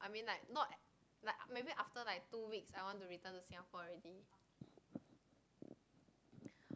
i mean like not like af~ maybe after like two weeks i want to return to singapore already